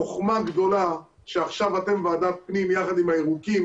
חוכמה גדולה שעכשיו אתם ועדת פנים יחד עם הירוקים,